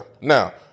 Now